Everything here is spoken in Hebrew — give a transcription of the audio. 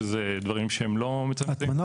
שאלה דברים שהם לא הטמנה.